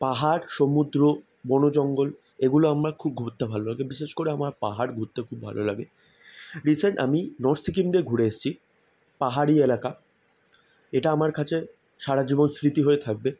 পাহাড় সমুদ্র বনজঙ্গল এগুলো আমার ঘুরতে খুব ভালো লাগে বিশেষ করে আমার পাহাড় ঘুরতে খুব ভালো লাগে রিসেন্ট আমি নর্থ সিকিম দিয়ে ঘুরে এসছি পাহাড়ি এলাকা এটা আমার কাছে সারা জীবন স্মৃতি হয়ে থাকবে